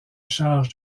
charge